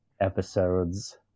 episodes